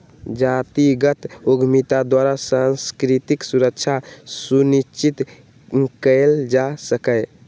जातिगत उद्यमिता द्वारा सांस्कृतिक सुरक्षा सुनिश्चित कएल जा सकैय